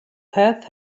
path